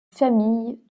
famille